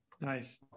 Nice